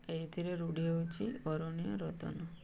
ଏଇଥିରେ ରୂଢ଼ି ହେଉଛି ଅରଣ୍ୟ ରୋଦନ